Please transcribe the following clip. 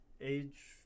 age